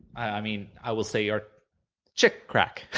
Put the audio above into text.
i mean i will say are chick crack.